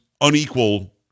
unequal